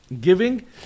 giving